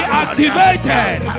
activated